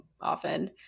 often